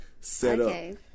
setup